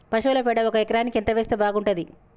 పశువుల పేడ ఒక ఎకరానికి ఎంత వేస్తే బాగుంటది?